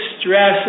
stress